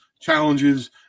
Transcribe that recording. challenges